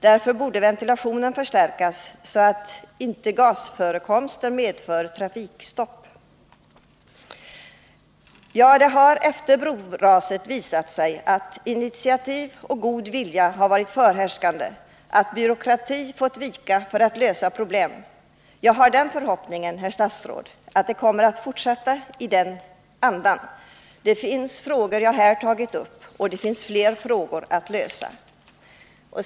Därför borde ventilationen förstärkas så att inte gasförekomster medför trafikstopp. Det har efter broraset visat sig att initiativkraft och god vilja har varit förhärskande, att byråkrati har fått vika för att problem skall kunna lösas. Jag har den förhoppningen, herr statsråd, att det kommer att fortsätta i den andan. Några frågor har jag här tagit upp, men det finns flera problem att lösa.